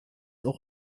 auch